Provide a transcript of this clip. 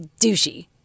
douchey